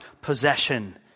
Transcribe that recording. possession